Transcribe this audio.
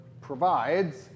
provides